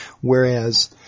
whereas